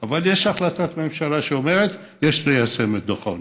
יש החלטת ממשלה שאומרת: יש ליישם את דוח העוני.